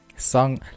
song